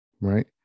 right